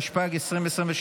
התשפ"ד 2023,